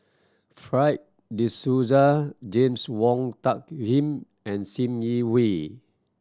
Fred De Souza James Wong Tuck Yim and Sim Yi Hui